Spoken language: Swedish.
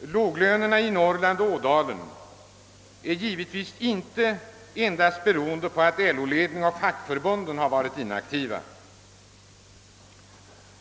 Det förhållandet att lönerna är låga i Norrland — inte minst i Ådalen — grundar sig givetvis inte endast på att LO-ledningen och fackförbunden har varit inaktiva